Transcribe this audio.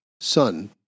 son